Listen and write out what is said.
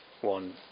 one